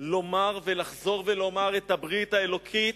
לומר ולחזור ולומר את הברית האלוקית